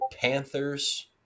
Panthers